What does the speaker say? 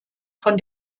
von